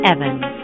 Evans